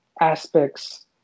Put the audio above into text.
aspects